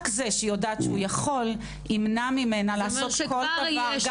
רק זה שהיא יודעת שהוא יכול ימנע ממנה לעשות כל דבר,